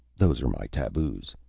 those are my taboos.